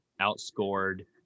outscored